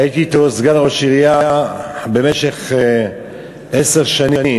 הייתי אתו סגן ראש עירייה במשך עשר שנים,